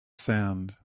sand